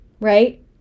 right